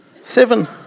Seven